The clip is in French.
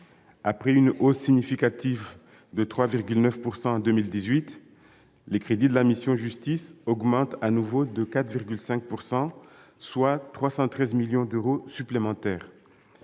Après une hausse significative de 3,9 % en 2018, les crédits de la mission « Justice » augmentent à nouveau, de 4,5 %, soit 313 millions d'euros supplémentaires.